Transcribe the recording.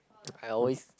I always